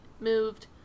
moved